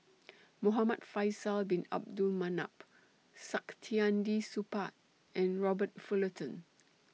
Muhamad Faisal Bin Abdul Manap Saktiandi Supaat and Robert Fullerton